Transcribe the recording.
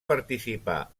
participar